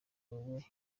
ube